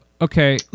Okay